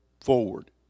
forward